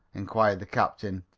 inquired the captain.